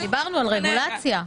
דיברנו על רגולציה.